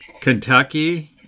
Kentucky